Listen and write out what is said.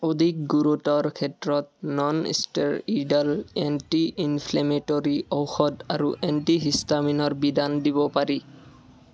অধিক গুৰুতৰ ক্ষেত্ৰত নন ইষ্টে'ৰইডাল এন্টি ইনফ্লে'মেট'ৰী ঔষধ আৰু এন্টিহিষ্টামিনৰ বিধান দিব পাৰি